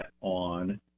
on